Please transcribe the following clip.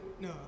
no